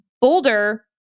Boulder